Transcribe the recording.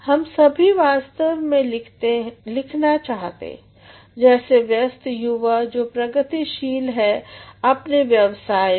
हम सभी वास्तव में लिखना चाहते जैसे व्यस्त युवा जो प्रगतिशील हैअपने व्यवसाय में